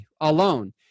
alone